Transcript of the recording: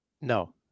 No